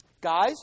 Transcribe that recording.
Guys